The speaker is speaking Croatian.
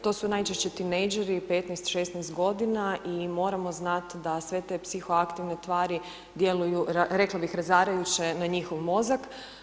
To su najčešće tinejdžeri 15, 16 godina i moramo znati da sve te psihoaktivne tvari djeluju, rekla bih, razarajuće na njihov mozak.